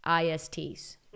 ISTs